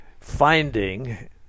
finding